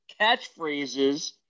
catchphrases